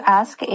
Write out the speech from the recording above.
ask